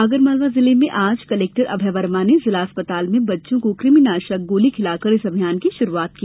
आगरमालवा जिले में आज कलेक्टर अभय वर्मा ने जिला चिकित्सालय में बच्चों को कृमि नाशक गोली खिलाकर इस अभियान की शुरूआत की